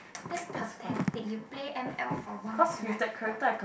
that's pathetic you play M_L for one character